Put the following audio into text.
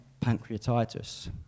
pancreatitis